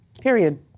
Period